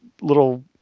little